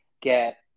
get